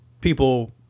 people